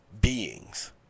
beings